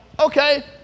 okay